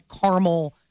caramel